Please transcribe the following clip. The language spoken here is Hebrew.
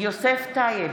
יוסף טייב,